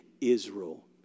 Israel